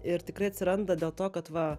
ir tikrai atsiranda dėl to kad va